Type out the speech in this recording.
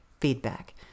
feedback